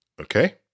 okay